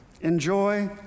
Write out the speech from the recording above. enjoy